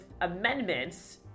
amendments